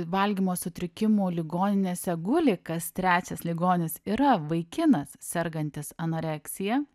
valgymo sutrikimų ligoninėse guli kas trečias ligonis yra vaikinas sergantis anoreksija